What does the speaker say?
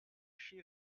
she